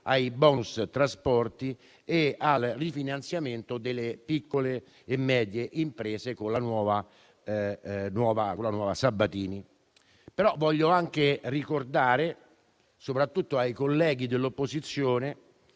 ai *bonus* trasporti e al rifinanziamento delle piccole e medie imprese, con la nuova legge Sabatini. Voglio anche ricordare, soprattutto ai colleghi dell'opposizione,